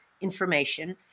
information